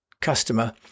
customer